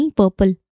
purple